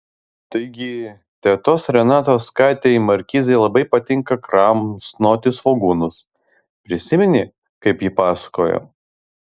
taigi tetos renatos katei markizei labai patinka kramsnoti svogūnus prisimeni kaip ji pasakojo